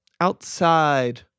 Outside